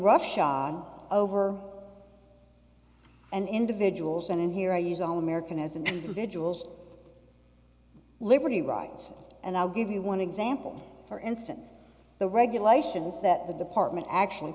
roughshod over and individuals and in here use only merican as an individual's liberty rights and i'll give you one example for instance the regulations that the department actually